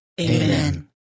Amen